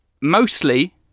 mostly